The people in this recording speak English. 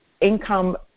income